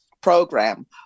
program